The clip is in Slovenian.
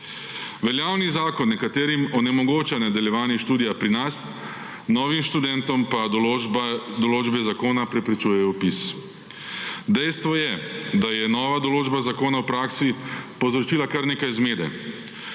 Veljavni zakon nekaterim onemogoča nadaljevanje študija pri nas, novim študentom pa določbe zakona preprečujejo vpis. Dejstvo je, da je nova določba zakona v praksi povzročila kar nekaj zmede.